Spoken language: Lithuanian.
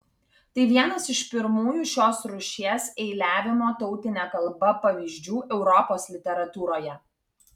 tai vienas iš pirmųjų šios rūšies eiliavimo tautine kalba pavyzdžių europos literatūroje